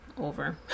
over